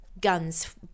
guns